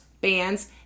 bands